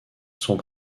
sont